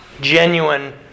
genuine